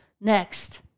Next